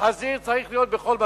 והחזיר צריך להיות בכל מקום.